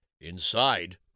Inside